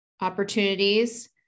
opportunities